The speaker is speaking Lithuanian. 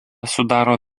sudaro